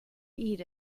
eat